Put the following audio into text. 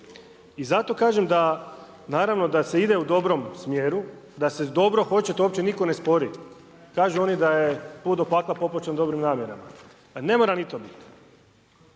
I zato kažem da naravno da se ide u dobrom smjeru, da se dobro hoće to uopće nitko ne spori. Kažu oni da je put do pakla popločen dobrim namjerama. Pa ne mora ni to biti.